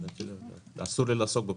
אסור לי לעסוק.